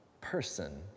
person